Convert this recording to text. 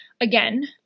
again